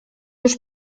już